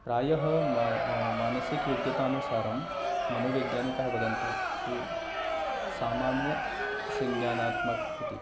प्रायः म मानसिक योग्यतानुसारं मनोवैज्ञानिकाः वदन्ति ते सामान्य संज्ञानात्मकः इति